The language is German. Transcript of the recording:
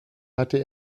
hatte